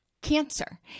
cancer